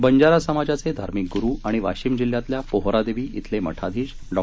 बंजारा समाजाचे धार्मिक गुरू आणि वाशिम जिल्ह्यातल्या पोहरादेवी इथले मठाधीश डॉ